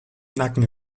nacken